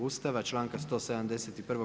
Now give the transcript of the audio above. Ustava, članka 171.